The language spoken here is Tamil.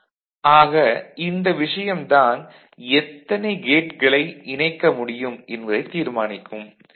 34 mA ஆக இந்த விஷயம் தான் எத்தனை கேட்களை இணைக்க முடியும் என்பதைத் தீர்மானிக்கும்